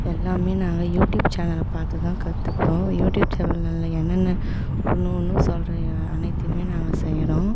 எல்லாம் நாங்கள் யூடியூப் சேனலை பார்த்து தான் கற்றுப்போம் யூடியூப் சேனலில் என்னென்ன ஒன்றும் ஒன்றும் சொல்கிற அனைத்தையும் நாங்கள் செய்கிறோம்